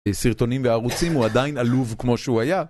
סרטונים וערוצים, הוא עדיין עלוב כמו שהוא היה.